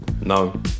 No